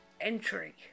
entry